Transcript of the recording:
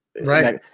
Right